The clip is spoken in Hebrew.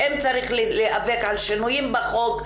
אם צריך להיאבק על שינויים בחוק,